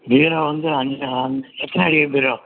பீரோ வந்து எத்தனை அடி பீரோ